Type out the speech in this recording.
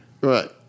Right